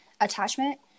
attachment